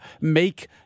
make